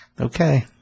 Okay